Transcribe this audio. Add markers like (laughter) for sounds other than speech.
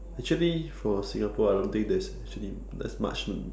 actually for Singapore I don't think there's actually there's much (noise)